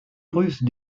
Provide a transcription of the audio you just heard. russe